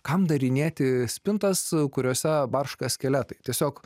kam darinėti spintas kuriose barška skeletai tiesiog